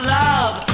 love